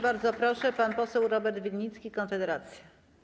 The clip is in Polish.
Bardzo proszę, pan poseł Robert Winnicki, Konfederacja.